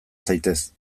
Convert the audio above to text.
zaitez